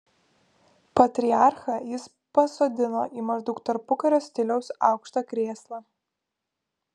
patriarchą jis pasodino į maždaug tarpukario stiliaus aukštą krėslą